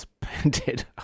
painted